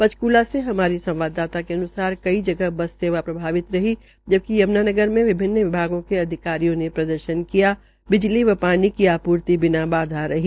ांचकूला से हमारी संवाददाता के अन्सार कई जगह बस सेवा प्रभावित रही जबकि यम्नानगर में विभिन्न विभागों के अधिकारियों ने प्रदर्शन किया और बिजली व श्रानी की आप्र्ति बिना बाधा रही